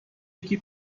یکی